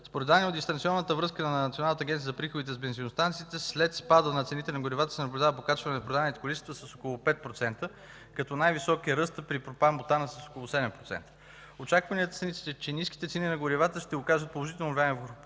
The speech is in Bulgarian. Според данни от дистанционната връзка на Националната агенция за приходите с бензиностанциите, след спада на цените на горивата се наблюдава покачване на продаваните количества с около 5%, като най-висок е ръстът при пропан-бутана с около 7%. Очакванията са, че ниските цени на горивата ще окажат положително влияние върху